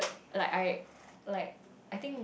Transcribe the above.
like I like I think